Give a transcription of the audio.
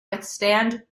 withstand